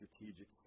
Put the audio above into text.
strategic